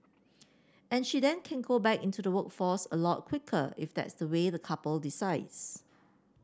and she then can go back into the workforce a lot quicker if that's the way the couple decides